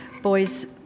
Boys